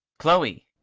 chloe!